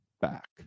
back